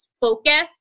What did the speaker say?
focus